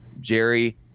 Jerry